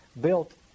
built